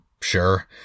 sure